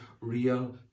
real